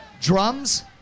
Drums